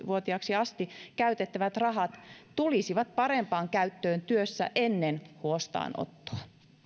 vuotiaaksi asti käytettävät rahat tulisivat parempaan käyttöön työssä ennen huostaanottoa